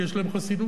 כי יש להם חסינות,